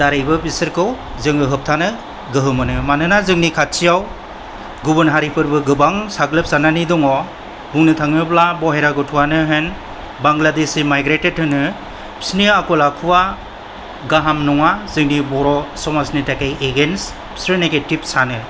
दारैबो बिसोरखौ जोङो होबथानो गोहो मोनो मानोना जोंनि खाथियाव गुबुन हारिफोरबो गोबां साग्लोब सारनानै दङ बुंनो थाङोब्ला बहेरा गथ'वानो होन बांग्लादेशि माइग्रेटेड होनो बिसिनि आखल आखुवा गाहाम नङा जोंनि बर' समाजनि थाखाय अगेंस्ट बिसोरो नीगेटिव सानो